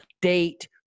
date